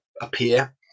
appear